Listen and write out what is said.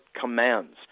commands